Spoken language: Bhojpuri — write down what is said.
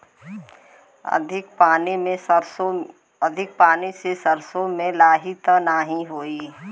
अधिक पानी से सरसो मे लाही त नाही होई?